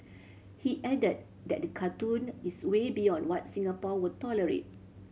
he added that cartoon is way beyond what Singapore will tolerate